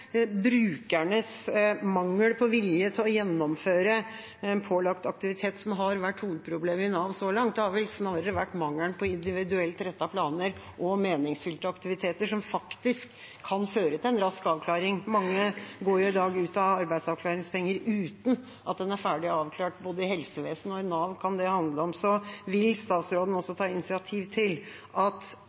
brukernes mangel på vilje til å gjennomføre en pålagt aktivitet som har vært hovedproblemet i Nav så langt. Det har vel snarere vært mangelen på individuelt rettede planer og meningsfylte aktiviteter som faktisk kan føre til en rask avklaring. Mange går jo i dag ut av arbeidsavklaringspenger uten at de er ferdig avklart verken i helsevesenet eller i Nav. Vil statsråden ta initiativ til at Nav oppfyller sine forpliktelser overfor brukerne til